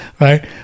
right